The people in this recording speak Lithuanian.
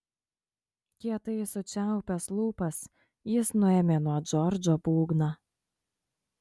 kietai sučiaupęs lūpas jis nuėmė nuo džordžo būgną